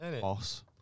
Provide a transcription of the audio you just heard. boss